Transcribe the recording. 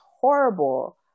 horrible